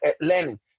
learning